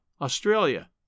Australia